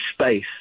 space